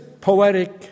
poetic